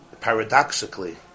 Paradoxically